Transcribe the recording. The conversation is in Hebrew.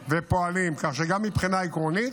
ופועלים, כך שגם מבחינה עקרונית